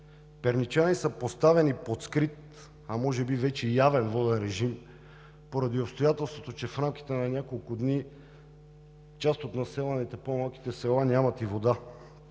Перничани са поставени под скрит, а може би вече и явен воден режим поради обстоятелството, че в рамките на няколко дни част от населението на по-малките села нямат и вода.